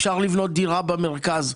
אפשר לבנות דירה במרכז,